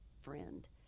friend